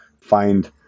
find